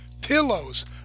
pillows